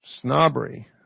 Snobbery